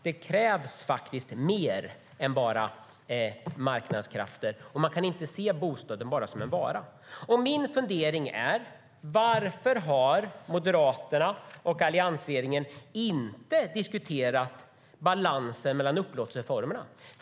Det krävs mer än bara marknadskrafter. Och man kan inte se bostaden bara som en vara. Varför har Moderaterna och alliansregeringen inte diskuterat balansen mellan upplåtelseformerna?